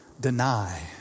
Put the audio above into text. deny